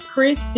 Chris